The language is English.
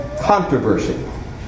controversy